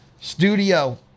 studio